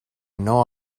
know